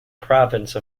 province